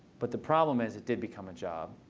but the problem is, it did become a job.